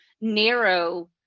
narrow